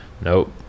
Nope